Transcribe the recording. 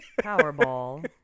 Powerball